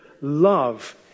Love